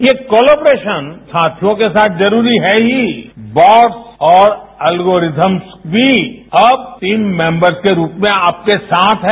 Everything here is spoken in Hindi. ये कोलोब्रेशन छात्रों के साथ जरूरी है ही वकर्स फॉर एलगोरिदम भी अब इन मैंबर्स के रूप में आपके साथ है